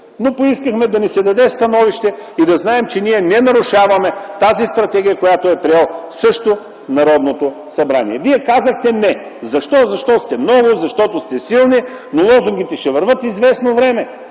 но поискахме да ни се даде становище и да знаем, че не нарушаваме стратегията, която е приета от Народното събрание. Вие казахте „не”. Защо? Защото сте много, защото сте силни, но лозунгите ще вървят известно време.